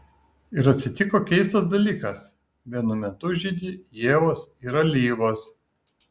ir atsitiko keistas dalykas vienu metu žydi ievos ir alyvos